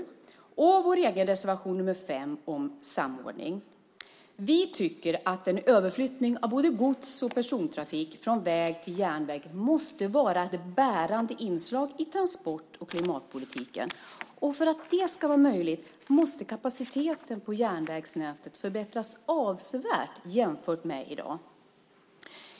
Jag yrkar också bifall till vår egen reservation 5 om samordning. Vi tycker att en överflyttning av både gods och persontrafik från väg till järnväg måste vara ett bärande inslag i transport och klimatpolitiken. För att det ska vara möjligt måste kapaciteten på järnvägsnätet förbättras avsevärt jämfört med i dag.